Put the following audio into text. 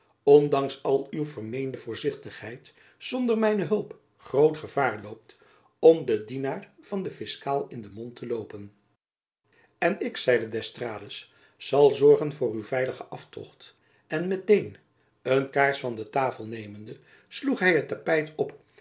ondanks al uw vermeende voorzichtigheid zonder mijne hulp groot gevaar loopt om den dienaars van den fiskaal in den mond te loopen en ik zeide d'estrades zal zorgen voor uw veiligen aftocht en met-een een kaars van de tafel nemende sloeg hy het tapijt op